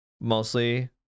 mostly